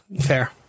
Fair